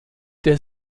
der